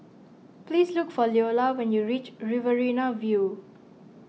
please look for Leola when you reach Riverina View